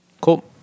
Cool